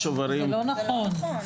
זה לא נכון.